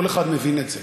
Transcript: כל אחד מבין את זה,